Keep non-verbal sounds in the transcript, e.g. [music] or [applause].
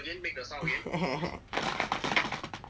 [laughs]